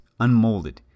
unmolded